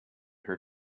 her